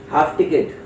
Half-Ticket